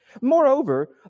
Moreover